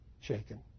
shaken